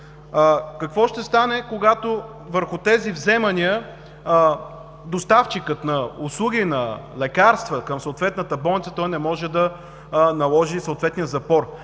Какво ще стане, когато върху тези вземания доставчикът на услуги, на лекарства към съответната болници не може да наложи съответния запор?